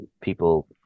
people